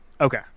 Okay